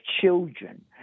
children